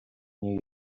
new